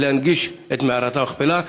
ולהנגיש את מערכת המכפלה.